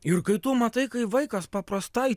ir kai tu matai kai vaikas paprastai